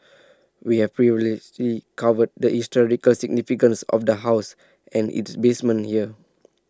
we have previously covered the historical significance of the house and its basement here